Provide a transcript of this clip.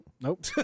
Nope